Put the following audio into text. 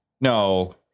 No